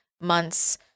months